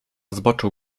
zboczu